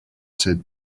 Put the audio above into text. said